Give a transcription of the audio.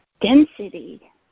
density